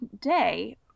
day